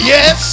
Yes